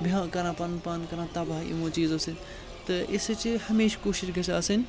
بیٚیہِ ہُہ کَران پَنُن پان کَران تباہ یِمو چیٖزو سۭتۍ تہٕ اسلیے چھِ ہمیشہِ کوٗشِش گٔژھۍ آسٕنۍ